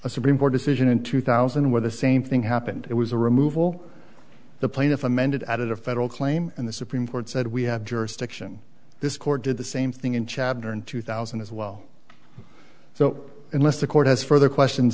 supreme court decision in two thousand where the same thing happened it was a removal the plaintiff amended added a federal claim and the supreme court said we have jurisdiction this court did the same thing in chador in two thousand as well so unless the court has further questions